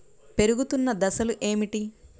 పెరుగుతున్న దశలు ఏమిటి?